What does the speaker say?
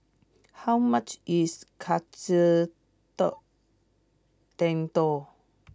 how much is Katsu door Tendon